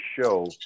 show